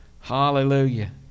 Hallelujah